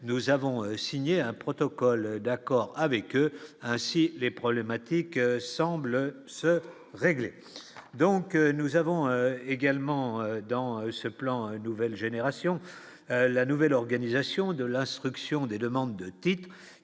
nous avons signé un protocole d'accord avec eux ainsi les problématiques semblent se régler, donc nous avons également dans ce plan, une nouvelle génération, la nouvelle organisation de l'instruction des demandes de titres